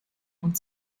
und